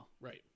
right